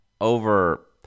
over